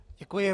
Děkuji.